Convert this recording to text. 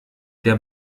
der